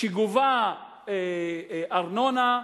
שגובה ארנונה,